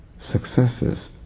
successes